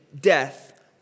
death